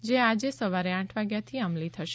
જે આવતીકાલે સવારે આઠ વાગ્યાથી અમલી થશે